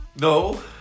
No